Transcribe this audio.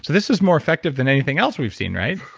this is more effective than anything else we've seen, right?